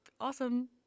Awesome